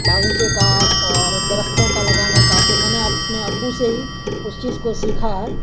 باغیچے کا اور درختوں کا لگانے کا تو میں نے اپنے ابو سے ہی اس چیز کو سیکھا ہے